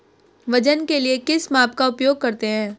वजन के लिए किस माप का उपयोग करते हैं?